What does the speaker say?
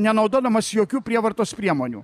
nenaudodamas jokių prievartos priemonių